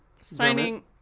signing